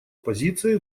позиции